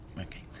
Okay